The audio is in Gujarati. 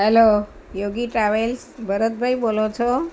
હેલો યોગી ટ્રાવેલ્સ ભરતભાઈ બોલો છો